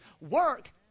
work